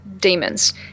demons